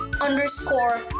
underscore